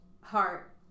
heart